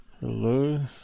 Hello